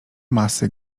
masy